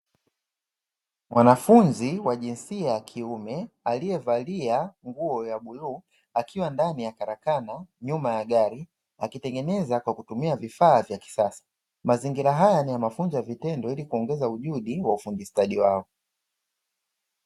Mwanafunzi wa jinsia ya kiume aliyevalia nguo ya buluu akiwa ndani ya karakana nyuma ya gari akitengeneza kwa kutumia vifaa vya kisasa. Mazingira haya ni ya mafunzo ya vitendo ili kuongeza ujuzi wa ufundi stadi wao.